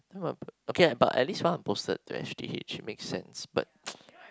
oh okay lah but at least I got posted to S_G_H makes sense but